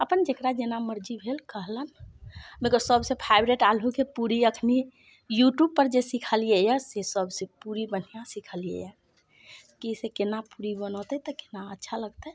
अपन जेकरा जेना मर्जी भेल कहलनि देखियौ सबसे फेवरेट आलूके पूरी अखनी यूट्यूब पर जे सीखलियै यऽ से सबसे पूरी बढ़िआँ सीखलियै यऽ की से केना पूरी बनते तऽ केना अच्छा लगतै